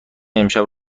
امشب